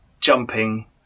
jumping